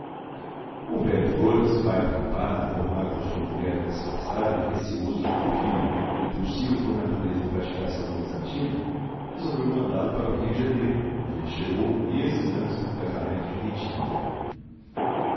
o velho flores pai do rapaz informado por sua mulher do que se passara e receoso de que o filho impulsivo por natureza praticasse algum desatino resolveu mandá-lo para o rio de janeiro onde ele chegou meses antes do casamento de ritínha